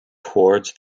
towards